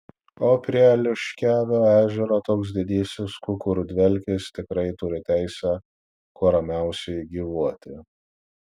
o prie liškiavio ežero toks didysis kukurdvelkis tikrai turi teisę kuo ramiausiai gyvuoti